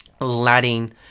letting